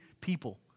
people